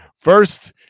First